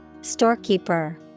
Storekeeper